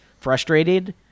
frustrated